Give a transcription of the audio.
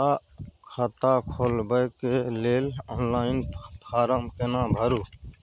खाता खोलबेके लेल ऑनलाइन फारम केना भरु?